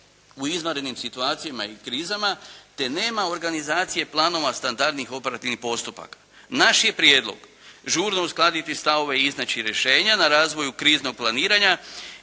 u izvanrednim situacijama i krizama te nema organizacije planova standardnih operativnih postupaka. Naš je prijedlog žurno uskladiti stavove i iznaći rješenja na razvoju kriznog planiranja